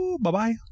Bye-bye